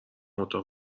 اتاق